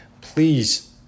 please